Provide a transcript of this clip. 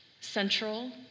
central